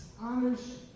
honors